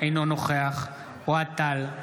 אינו נוכח אוהד טל,